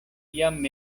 jam